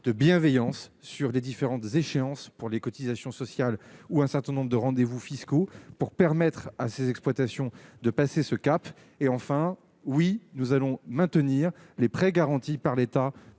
de bienveillance sur les différentes échéances pour les cotisations sociales ou un certain nombre de rendez-vous fiscaux pour permettre à ces exploitations de passer ce cap et enfin oui nous allons maintenir les prêts garantis par l'État